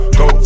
go